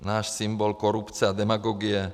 Náš symbol korupce a demagogie.